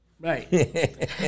Right